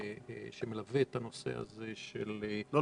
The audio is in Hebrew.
שמלווה את הנושא הזה --- לא,